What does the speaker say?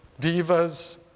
divas